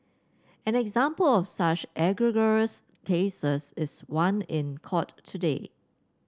an example of such egregious cases is one in court today